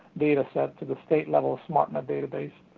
dataset to the state-level smrtnet database.